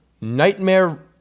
nightmare